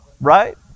Right